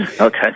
okay